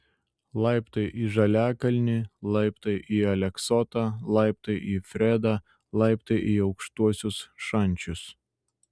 laiptai į žaliakalnį laiptai į aleksotą laiptai į fredą laiptai į aukštuosius šančius